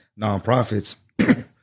nonprofits